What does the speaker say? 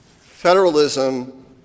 Federalism